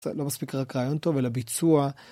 זה לא מספיק רק רעיון טוב אלא ביצוע.